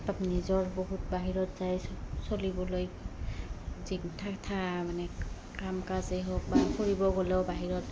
নিজৰ বহুত বাহিৰত যায় চলিবলৈ যি ঠা ঠা মানে কাম কাজেই হওক বা ফুৰিব গ'লেও বাহিৰত